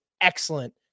excellent